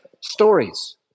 Stories